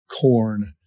corn